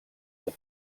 the